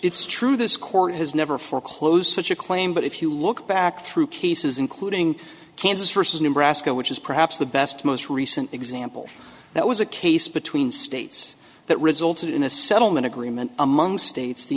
it's true this court has never for close such a claim but if you look back through cases including kansas versus nebraska which is perhaps the best most recent example that was a case between states that resulted in a settlement agreement among states the